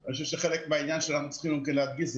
אני חושב שחלק מהעניין שאנחנו צריכים להדגיש,